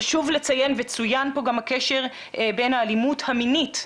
חשוב לציין וצוין פה הקשר עם האלימות המינית,